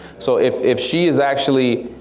so if if she's actually